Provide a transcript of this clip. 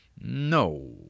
No